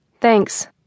thanks